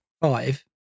five